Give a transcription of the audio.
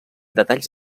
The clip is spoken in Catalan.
detalls